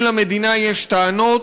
אם למדינה יש טענות,